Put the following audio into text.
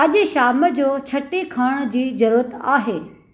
अॼु शाम जो छटी खणण जी ज़रूरत आहे